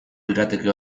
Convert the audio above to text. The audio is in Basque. lirateke